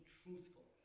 truthful